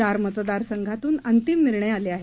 चार मतदारसंघातून अंतिम निर्णय आले आहेत